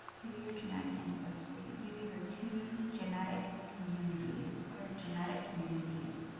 view your genetic ancestry. view your two genetic communities. what are genetic communities?